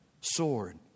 sword